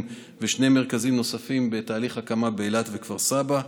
ושני מרכזים נוספים שבתהליך הקמה באילת וכפר סבא,